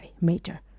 Major